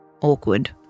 awkward